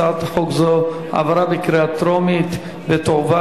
הצעת חוק זו עברה בקריאה טרומית והיא תועבר